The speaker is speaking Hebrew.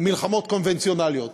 מלחמות קונבנציונליות.